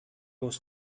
was